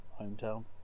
hometown